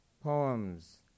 poems